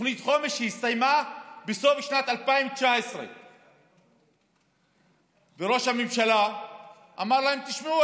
שהסתיימה בסוף שנת 2019. ראש הממשלה אמר להם: תשמעו,